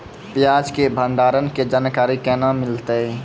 प्याज के भंडारण के जानकारी केना मिलतै?